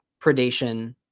predation